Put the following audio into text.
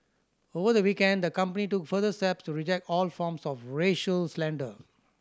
over the weekend the company took further steps to reject all forms of racial slander